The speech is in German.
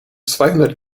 zweihundert